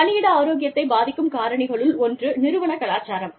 பணியிட ஆரோக்கியத்தை பாதிக்கும் காரணிகளுள் ஒன்று நிறுவன கலாச்சாரம்